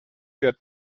wird